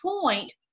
point